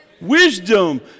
Wisdom